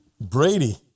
brady